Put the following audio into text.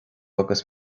agus